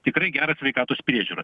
tikrai gerą sveikatos priežiūrą